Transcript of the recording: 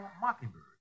Mockingbird